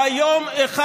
הוא היום אחד